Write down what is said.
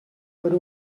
per